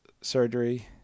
surgery